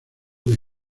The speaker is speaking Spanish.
the